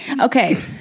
Okay